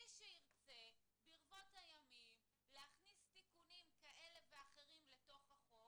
מי שירצה ברבות הימים להכניס תיקונים לתוך החוק,